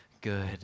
good